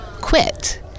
quit